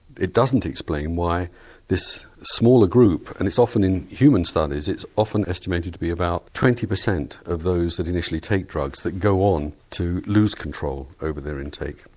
it doesn't explain why this smaller group, and it's often in human studies, it's often estimated to be about twenty percent of those that initially take drugs that go on to lose control over their intake.